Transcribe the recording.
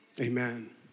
amen